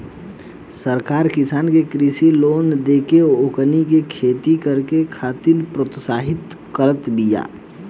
सरकार किसान के कृषि लोन देके ओकनी के खेती करे खातिर प्रोत्साहित करत बिया